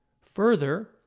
Further